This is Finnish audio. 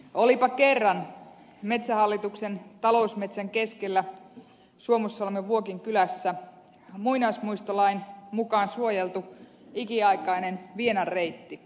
olipa kerran metsähallituksen talousmetsän keskellä suomussalmen vuokin kylässä muinaismuistolain mukaan suojeltu ikiaikainen vienan reitti